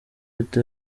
ati